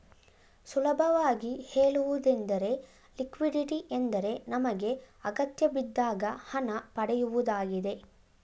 ಸುಲಭವಾಗಿ ಹೇಳುವುದೆಂದರೆ ಲಿಕ್ವಿಡಿಟಿ ಎಂದರೆ ನಮಗೆ ಅಗತ್ಯಬಿದ್ದಾಗ ಹಣ ಪಡೆಯುವುದಾಗಿದೆ